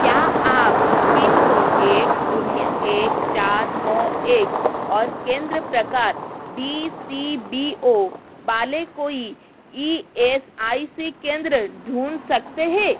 क्या आप pin code एक शून्य एक चार नौ एक और केंद्र प्रकार डी सी बी ओ वाले कोई ई एस आई सी केंद्र ढूँढ सकते हैं